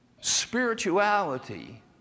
spirituality